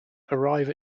arrive